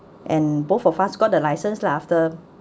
and both of us got the license lah after